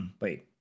wait